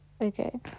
okay